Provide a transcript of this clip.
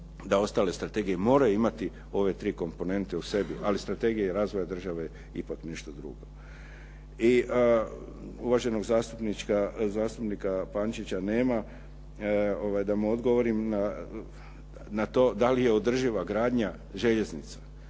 da ostale strategije moraju imati ove tri komponente u sebi, ali strategija razvoja države je ipak nešto drugo. I uvaženog zastupnika Pančića nema da mu odgovorim na to da li je održiva gradnja željeznica.